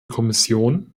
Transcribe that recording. kommission